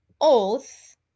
oath